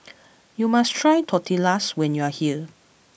you must try Tortillas when you are here